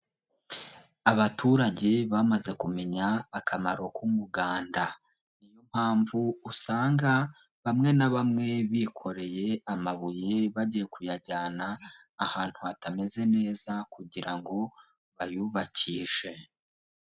Abaturage bamaze kumenya akamaro k'umuganda. Niyo mpamvu usanga bamwe na bamwe bikoreye amabuye bagiye kuyajyana ahantu hatameze neza kugira ngo bayubakishe.